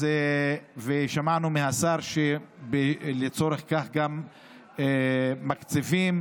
שמענו מהשר שלצורך זה גם מקציבים